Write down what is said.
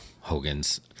Hogan's